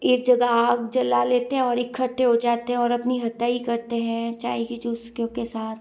एक जगह आग जला लेते हैं और इकट्ठे हो जाते हैं और अपनी हाथाई करते हैं चाय की चुस्कियों के साथ